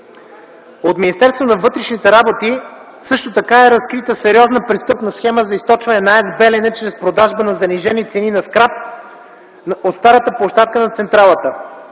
От Министерството на вътрешните работи също така е разкрита сериозна престъпна схема за източване на АЕЦ „Белене” чрез продажба на занижени цени на скрап от старата площадка на централата.